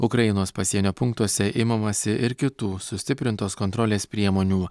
ukrainos pasienio punktuose imamasi ir kitų sustiprintos kontrolės priemonių